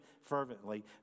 fervently